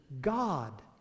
God